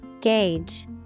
Gauge